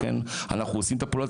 אנחנו עושים את הפעולות,